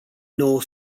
nouă